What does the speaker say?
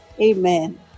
amen